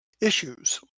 issues